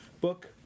book